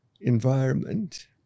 environment